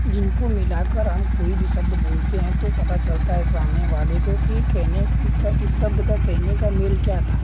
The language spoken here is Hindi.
जिनको मिला कर हम कोई भी शब्द बोलते हैं तो पता चलता है सामने वाले को कि कहने इस इस शब्द का कहने का मेल क्या था